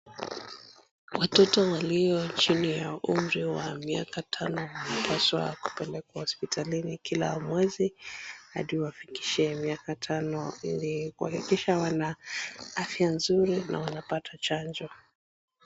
Watoto walio katika umri wa chini ya miaka tano hupaswa kupelekwa hospitalini kila mwezi hadi wafikishe miaka tano ili kuhakikisha wana afya nzuri na wanapata chanjo.